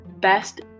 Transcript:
best